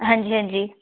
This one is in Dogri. हां जी हां जी